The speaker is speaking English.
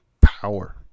power